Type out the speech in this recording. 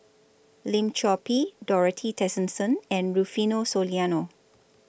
Lim Chor Pee Dorothy Tessensohn and Rufino Soliano